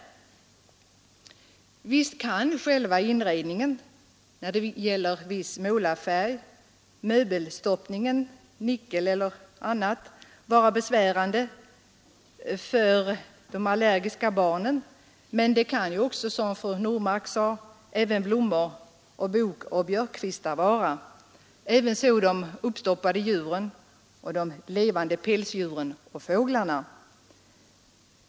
Och visst kan själva inredningen, t.ex. viss målarfärg, möbelstoppning, krom, nickel eller annat, vara besvärande för de allergiska barnen, men som fru Normark sade kan också blommor samt bokoch björkkvistar vara det, liksom även uppstoppade djur och levande pälsdjur samt fåglar.